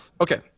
okay